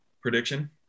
Prediction